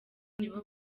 nibo